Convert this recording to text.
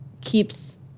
keeps